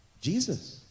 Jesus